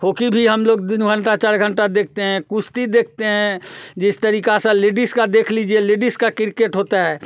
होकी भी हम लोग तीन घंटे चार घंटे देखते हैं कुश्ती देखते हैं जिस तरीक़े से लेडिस का देख लीजिए लेडिस का किर्केट होता है